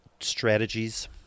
strategies